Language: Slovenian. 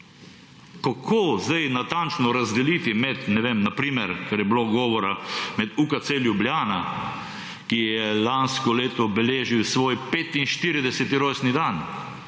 Kako zdaj natančno razdeliti med, ne vem, na primer, ker je bilo govora, med UKC Ljubljana, ki je lansko leto beležil svoj 45. rojstni dan,